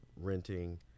renting